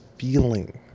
feeling